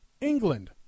England